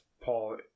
Paul